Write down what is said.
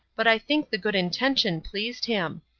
but i think the good intention pleased him.